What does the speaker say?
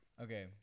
Okay